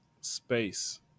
space